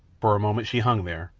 for a moment she hung there,